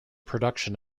production